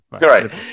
Right